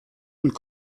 und